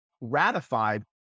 ratified